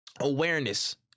awareness